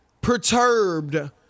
perturbed